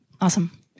Awesome